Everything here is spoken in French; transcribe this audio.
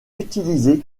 utilisée